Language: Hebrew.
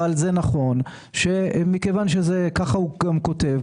אבל נכון שמכיוון שכך הוא כותב,